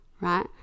right